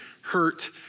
hurt